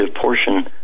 portion